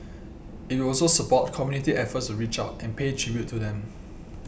it will also support community efforts to reach out and pay tribute to them